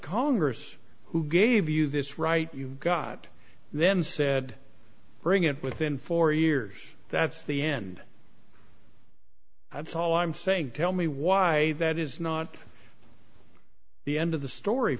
congress who gave you this right you got them said bring it within four years that's the end that's all i'm saying tell me why that is not the end of the story